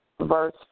verse